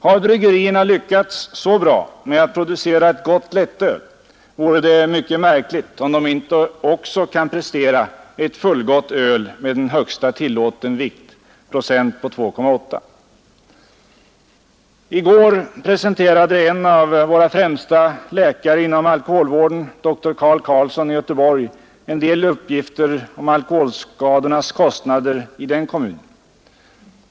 Har bryggerierna lyckats så bra med att producera ett gott lättöl, vore det mycket märkligt om de inte också kan prestera ett fullgott öl med en högsta tillåten viktprocent på 2,8. I går presenterade en av våra främsta läkare inom alkoholvården, dr Carl Carlsson i Göteborg, en del uppgifter om alkoholskadornas kostnader i den kommunen.